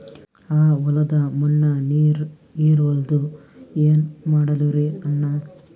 ಆ ಹೊಲದ ಮಣ್ಣ ನೀರ್ ಹೀರಲ್ತು, ಏನ ಮಾಡಲಿರಿ ಅಣ್ಣಾ?